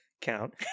count